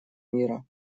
мира